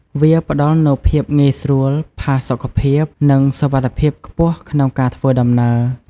វាផ្តល់នូវភាពងាយស្រួល ផាសុកភាព និងសុវត្ថិភាពខ្ពស់ក្នុងការធ្វើដំណើរ។